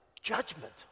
judgment